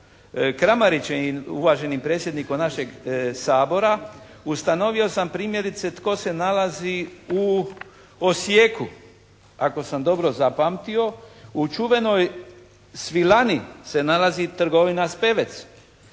Kramarićem i uvaženim predsjednikom našeg Sabora, ustanovio sam primjerice tko se nalazi u Osijeku. Ako sam dobro zapamtio u čuvenoj "Svilani" se nalazi trgovina "Pevec".